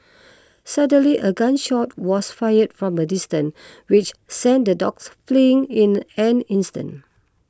suddenly a gun shot was fired from a distance which sent the dogs fleeing in an instant